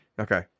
Okay